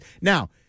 now